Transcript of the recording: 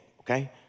okay